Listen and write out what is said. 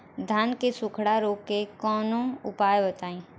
धान के सुखड़ा रोग के कौनोउपाय बताई?